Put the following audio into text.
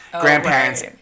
Grandparents